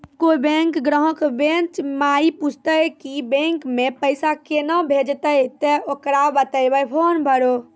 कोय बैंक ग्राहक बेंच माई पुछते की बैंक मे पेसा केना भेजेते ते ओकरा बताइबै फॉर्म भरो